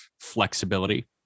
flexibility